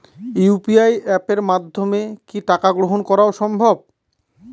UPI অ্যাপের মাধ্যমে কি টাকা গ্রহণ করাও সম্ভব?